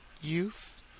youth